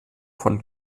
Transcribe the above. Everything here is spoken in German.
von